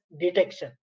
detection